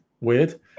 weird